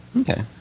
okay